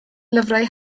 lyfrau